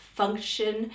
function